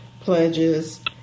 pledges